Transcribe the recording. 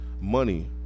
money